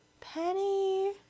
Penny